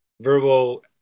verbal